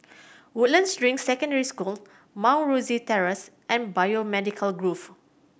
Woodlands Ring Secondary School Mount Rosie Terrace and Biomedical Grove